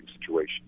situation